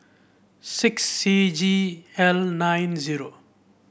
six C G L nine zero